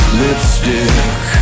lipstick